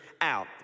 out